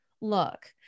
look